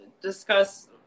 discuss